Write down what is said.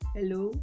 Hello